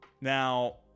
Now